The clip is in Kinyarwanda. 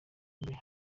bambaye